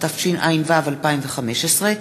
התשע"ו 2015,